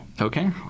okay